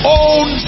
own